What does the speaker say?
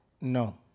no